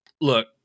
look